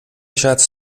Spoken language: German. schatz